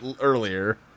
earlier